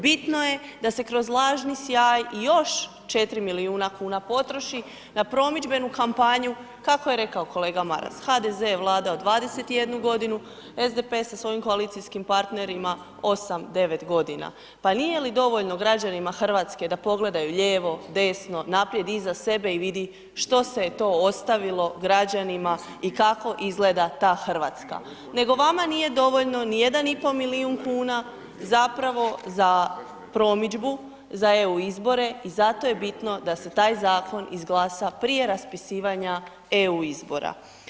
Bitno je da se kroz lažni sjaj još 4 milijuna kuna potroši na promidžbenu kampanju, kako je rekao kolega Maras, HDZ je vladao 21 godinu, SDP je sa svojim koalicijskim partnerima 8-9 g. Pa nije li dovoljno građanima Hrvatske, da pogledaju lijevo, desno, naprijed iza sebe i vidi što se je to ostavilo građanima i kako izgleda ta Hrvatska, nego vama nije dovoljno ni 1,5 milijun kuna, zapravo za promidžbu, za EU izbore i zato je bitno da se taj zakon izglasa prije raspisivanja EU izbora.